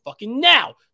now